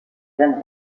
jeune